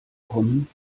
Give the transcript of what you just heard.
kommen